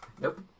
Nope